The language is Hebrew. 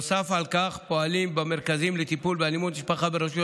נוסף לכך פועלים במרכזים לטיפול באלימות במשפחה ברשויות